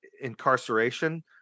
incarceration